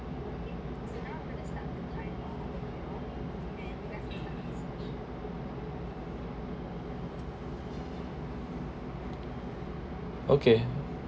okay